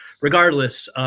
regardless